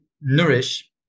nourish